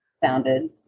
founded